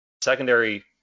secondary